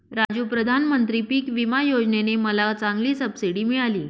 राजू प्रधानमंत्री पिक विमा योजने ने मला चांगली सबसिडी मिळाली